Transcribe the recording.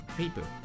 paper